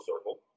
circle